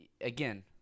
again –